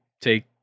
Take